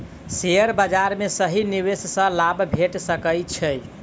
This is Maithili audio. शेयर बाजार में सही निवेश सॅ लाभ भेट सकै छै